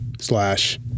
slash